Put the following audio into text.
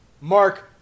Mark